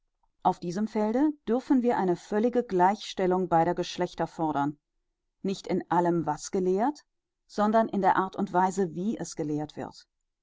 auf diesem felde dürfen wir eine völlige gleichstellung beider geschlechter fordern nicht in allem was gelehrt sondern in der art und weise wie es gelehrt wird